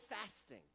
fasting